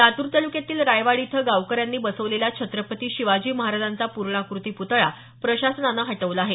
लातूर तालुक्यातील रायवाडी इथं गावकऱ्यांनी बसवलेला छत्रपती शिवाजी महाराजांचा पूर्णाकृती पुतळा प्रशासनाने हटवला आहे